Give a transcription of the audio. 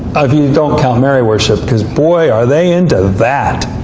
i mean don't count mary-worship, because boy, are they into that!